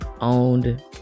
owned